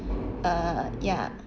uh ya